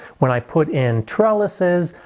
when i put in trellises,